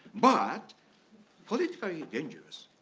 but politically dangerous,